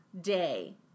day